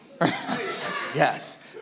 Yes